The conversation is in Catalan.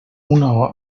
una